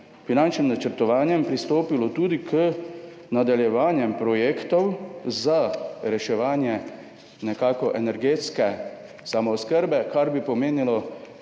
finančnim načrtovanjem pristopilo tudi k nadaljevanju projektov za reševanje energetske samooskrbe, kar bi pomenilo